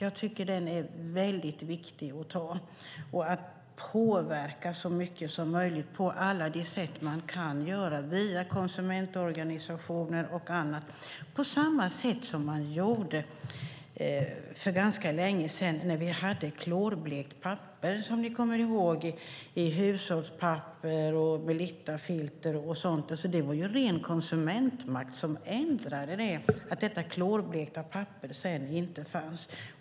Jag tycker att det är viktigt att påverka på alla sätt man kan via konsumentorganisationer och annat på samma sätt som man gjorde för ganska länge sedan då vi hade klorblekt papper. Ni kommer ihåg att vi hade det i hushållspapper, Melittafilter och sådant, och det var ren konsumentmakt som såg till att få bort detta klorblekta papper.